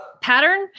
pattern